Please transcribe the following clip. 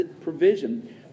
provision